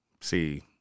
see